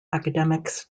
academics